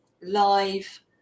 live